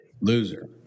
loser